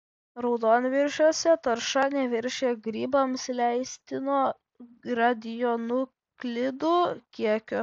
raudonviršiuose tarša neviršija grybams leistino radionuklidų kiekio